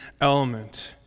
element—